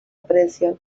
aprecian